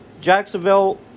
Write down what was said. Jacksonville